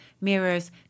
mirrors